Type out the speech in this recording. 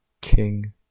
King